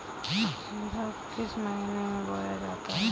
खीरा किस महीने में बोया जाता है?